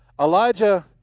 Elijah